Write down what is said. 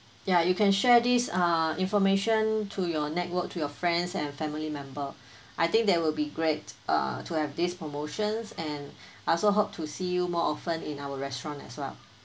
ya you can share this uh information to your network to your friends and family member I think that will be great uh to have these promotions and I also hope to see you more often in our restaurant as well